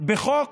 בחוק